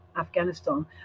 Afghanistan